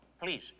please